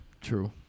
True